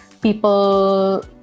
people